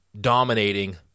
dominating